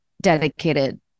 dedicated